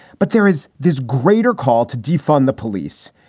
but there is this greater call to defund the police.